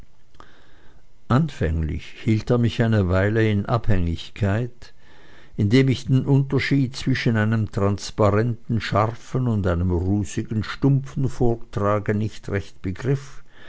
anfänglich hielt er mich eine weile in abhängigkeit indem ich den unterschied zwischen einem transparenten scharfen und einem rußigen stumpfen vortrage nicht recht begriff